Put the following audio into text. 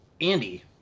Andy